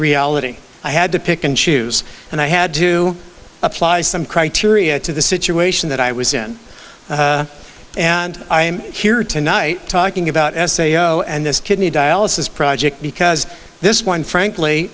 reality i had to pick and choose and i had to apply some criteria to the situation that i was in and i'm here tonight talking about essay you know and this kidney dialysis project because this one frankly